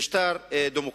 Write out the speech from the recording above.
משטר דמוקרטי.